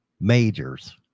Majors